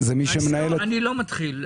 זה מי שמנהל --- אני לא מתחיל.